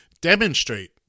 demonstrate